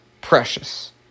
precious